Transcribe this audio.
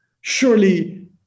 surely